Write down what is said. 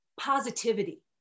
positivity